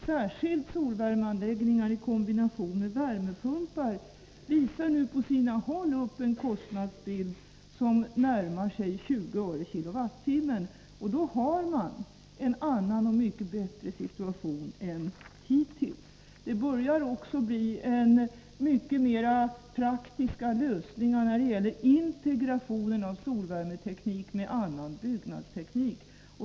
Särskilt kombinationen solvärmeanläggningar och värmepumpar visar på sina håll upp en positiv kostnadsbild — kostnaden närmar sig 20 öre per kWh. Då får man en annan och mycket bättre situation än hittills. Det är också på gång mycket mer praktiska lösningar när det gäller integrationen av solvärmeteknik med annan byggnadsteknik.